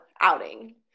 outing